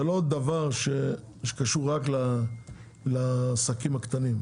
זה לא דבר שקשור רק לעסקים קטנים,